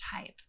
type